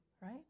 right